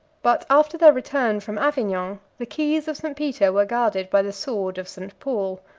but after their return from avignon, the keys of st. peter were guarded by the sword of st. paul.